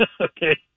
Okay